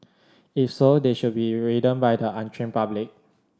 if so they should be ridden by the untrained public